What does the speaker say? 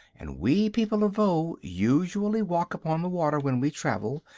and we people of voe usually walk upon the water when we travel,